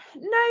no